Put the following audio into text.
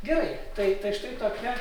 gerai tai tai štai tokia